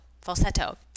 Falsetto